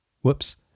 whoops